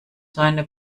seine